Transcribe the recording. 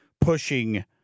pushing –